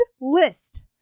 list